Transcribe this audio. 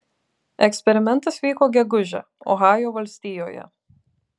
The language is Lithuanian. eksperimentas vyko gegužę ohajo valstijoje